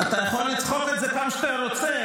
אתה יכול לצחוק על זה כמה שאתה רוצה.